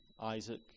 Isaac